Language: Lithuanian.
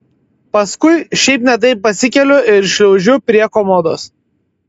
paskui šiaip ne taip pasikeliu ir šliaužiu prie komodos